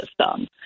system